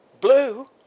Blue